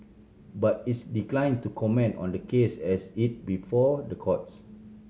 but it's declined to comment on the case as it before the courts